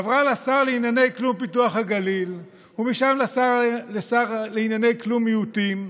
עברה לשר לענייני כלום פיתוח הגליל ומשם לשר לענייני כלום מיעוטים.